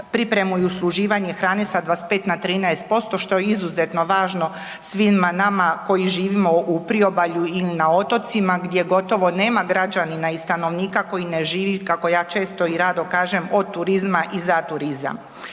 pripremu i usluživanje hrane sa 25 na 13% što je izuzetno važno svima nama koji živimo u priobalju ili na otocima gdje gotovo nema građanina i stanovnika koji ne živi kako ja često i rado kažem, od turizma i za turizam.